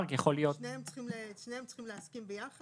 --- שניהם ביחד צריכים להסכים על זה,